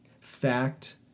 Fact